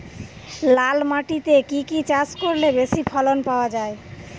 লাল মাটিতে কি কি চাষ করলে বেশি ফলন পাওয়া যায়?